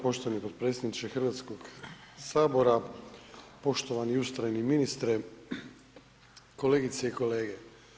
Poštovani potpredsjedniče Hrvatskoga sabora, poštovani i ustrajni ministre, kolegice i kolege.